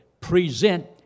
present